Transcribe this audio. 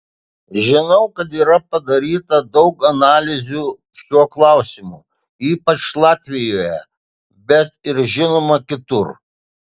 žinau kad yra padaryta daug analizių šiuo klausimu ypač latvijoje bet ir žinoma kitur